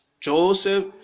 Joseph